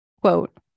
quote